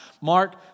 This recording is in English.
Mark